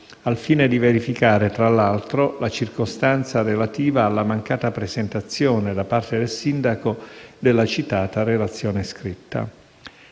al fine di verificare, tra l'altro, la circostanza relativa alla mancata presentazione da parte del Sindaco della citata relazione scritta.